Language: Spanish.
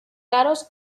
caros